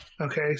Okay